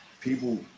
people